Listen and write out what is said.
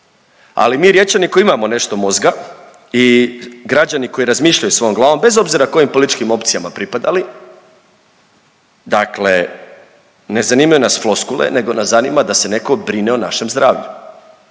Ali mi Riječani koji imamo nešto mozga i građani koji razmišljaju svojom glavom bez obzira kojim političkim opcijama pripadali, dakle ne zanimaju nas floskule nego nas zanima da se netko brine o našem zdravlju.